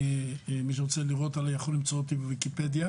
ומי שרוצה לראות עליי יכול למצוא אותי בוויקיפדיה.